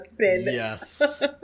Yes